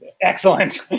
Excellent